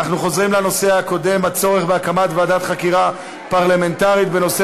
אנחנו חוזרים לנושא הקודם: הצורך בהקמת ועדת חקירה פרלמנטרית בנושא